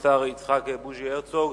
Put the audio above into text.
השר יצחק בוז'י הרצוג,